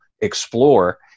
explore